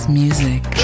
music